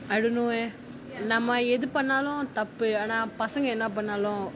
I don't know eh நம்ம எது பண்ணாலும் தப்பு ஆனா பசங்க என்ன பண்ணாலும்:namma ethu pannaalum thappu aanaa pasanga enna pannaalum